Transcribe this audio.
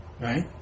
right